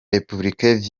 republicains